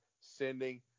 sending